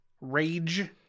Rage